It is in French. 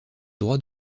droit